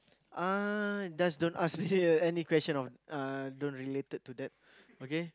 uh just don't ask me any question on uh don't related to that okay